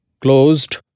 Closed